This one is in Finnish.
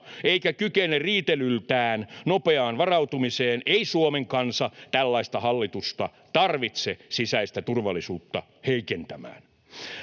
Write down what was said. eikä kykene riitelyltään nopeaan varautumiseen, ei Suomen kansa tällaista hallitusta tarvitse sisäistä turvallisuutta heikentämään.